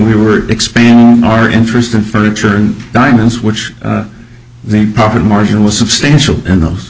we were expand our interest in furniture and diamonds which the profit margin was substantial in those